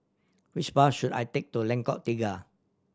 which bus should I take to Lengkok Tiga